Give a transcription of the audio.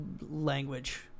language